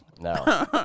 No